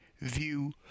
view